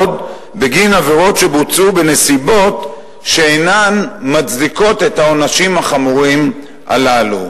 בגין עבירות שבוצעו בנסיבות שאינן מצדיקות את העונשים החמורים הללו.